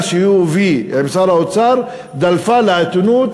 שהוא הביא עם משרד האוצר דלפה לעיתונות,